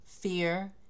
Fear